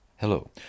Hello